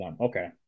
Okay